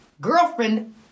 girlfriend